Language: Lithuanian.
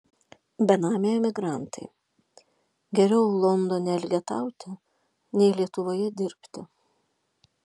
benamiai emigrantai geriau londone elgetauti nei lietuvoje dirbti